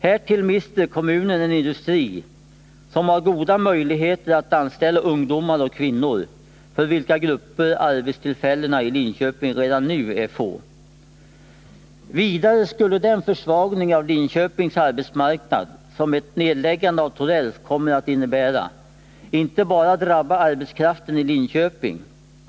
Härtill mister kommunen en industri, som har goda Blekinge möjligheter att anställa ungdomar och kvinnor, för vilka grupper arbetstillfällena i Linköping redan nu är få. Vidare skulle den försvagning av Linköpings arbetsmarknad som ett nedläggande av Torells kommer att innebära inte bara drabba arbetskraften i Linköping.